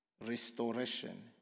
restoration